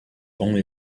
only